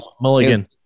mulligan